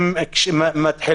הם נעשים